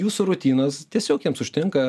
jūsų rutinos tiesiog jiems užtenka